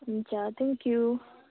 हुन्छ thank you